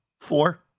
Four